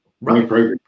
Right